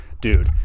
dude